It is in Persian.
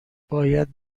باید